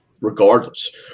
regardless